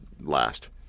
last